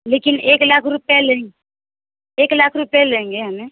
लेकिन एक लाख रुपये लें एक लाख रुपये लेंगे हम